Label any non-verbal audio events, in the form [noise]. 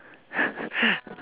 [laughs]